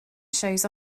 shows